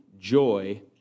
joy